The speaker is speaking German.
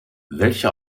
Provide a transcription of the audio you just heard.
welche